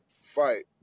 fight